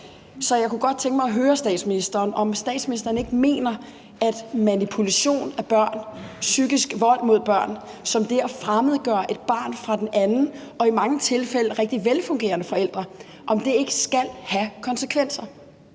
Så jeg kunne godt tænke mig at høre statsministeren, om statsministeren ikke mener, at manipulation af børn, psykisk vold mod børn som det at fremmedgøre et barn fra den anden og i mange tilfælde rigtig velfungerende forælder ikke skal have konsekvenser.